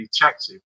detective